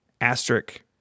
asterisk